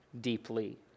deeply